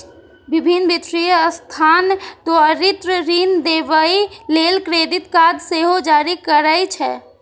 विभिन्न वित्तीय संस्थान त्वरित ऋण देबय लेल क्रेडिट कार्ड सेहो जारी करै छै